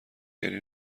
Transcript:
گری